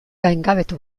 gaingabetu